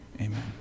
Amen